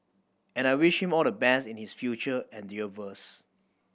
and I wish all the best in his future endeavours